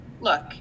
Look